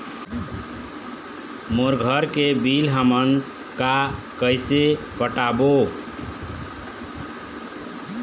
मोर घर के बिल हमन का कइसे पटाबो?